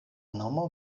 nomo